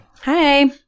Hi